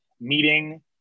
meeting